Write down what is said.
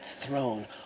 throne